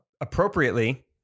appropriately